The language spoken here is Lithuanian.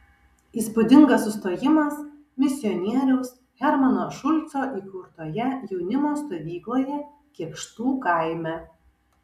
įspūdingas sustojimas misionieriaus hermano šulco įkurtoje jaunimo stovykloje kėkštų kaime